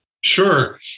Sure